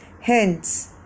Hence